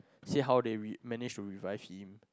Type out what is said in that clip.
see how they re~ manage to revive him